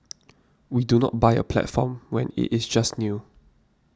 we do not buy a platform when it is just new